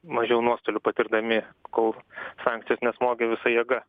mažiau nuostolių patirdami kol sankcijos nesmogė visa jėga